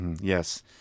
Yes